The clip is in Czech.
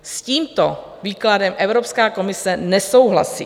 S tímto výkladem Evropská komise nesouhlasí.